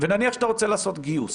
ונניח שאתה רוצה לעשות גיוס,